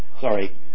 Sorry